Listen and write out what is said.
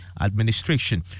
administration